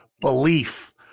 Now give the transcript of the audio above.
belief